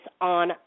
on